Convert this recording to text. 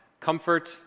comfort